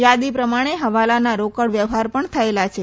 યાદી પ્રમાણે હવાલાના રોકડ વ્યવહાર પણ થયેલા છે